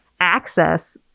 access